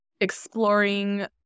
exploring